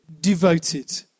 devoted